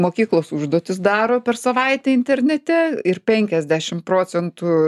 mokyklos užduotis daro per savaitę internete ir penkiasdešim procentų